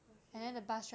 okay